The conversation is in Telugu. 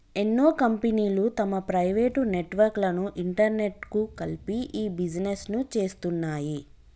ఎన్నో కంపెనీలు తమ ప్రైవేట్ నెట్వర్క్ లను ఇంటర్నెట్కు కలిపి ఇ బిజినెస్ను చేస్తున్నాయి